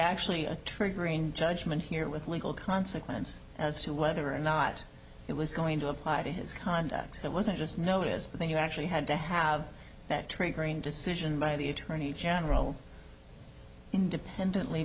actually a tree green judgement here with legal consequence as to whether or not it was going to apply to his conduct so it wasn't just notice but then you actually had to have that trade green decision by the attorney general independently